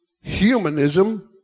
humanism